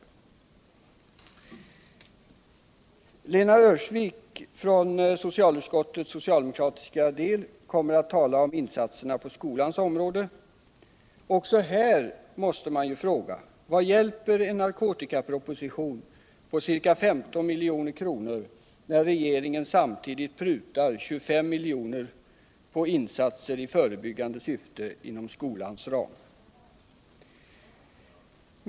Lena Öhrsvik, från socialutskottets socialdemokratiska del, kommer att tala om insatserna på skolans område. Också här måste man fråga: Vad hjälper en narkotikaproposition på cirka 15 milj.kr. när regeringen samtidigt prutar 25 milj.kr. på insatser i förebyggande syfte inom skolans ram?